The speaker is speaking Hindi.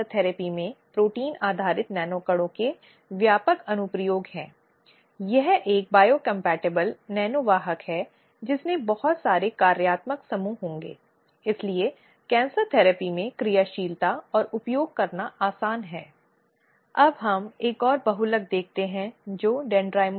ये कार्यवाही प्राकृतिक न्याय के सिद्धांतों के अनुरूप होनी चाहिए जो अस्तित्व में हैं और जिनका सभी कार्यवाहियों में पालन किया जाना चाहिए जिसमें किसी संगठन में काम करने वाले व्यक्ति के खिलाफ या कर्मचारी के खिलाफ उचित कार्रवाई की जानी चाहिए और उस व्यक्ति पर कुछ दंड लगाए